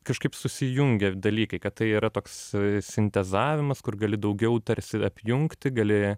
kažkaip susijungė dalykai kad tai yra toks sintezavimas kur gali daugiau tarsi apjungti gali